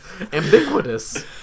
Ambiguous